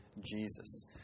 Jesus